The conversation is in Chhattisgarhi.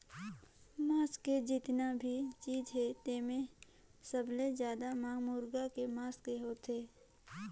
मांस के जेतना भी चीज हे तेम्हे सबले जादा मांग मुरगा के मांस के होथे